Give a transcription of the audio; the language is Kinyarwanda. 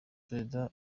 perezida